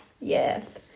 Yes